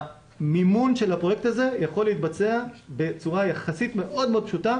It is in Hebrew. המימון של הפרויקט הזה יכול להתבצע בצורה יחסית מאוד מאוד פשוטה